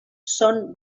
són